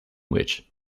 which